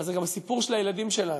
אבל זה גם הסיפור של הילדים שלנו,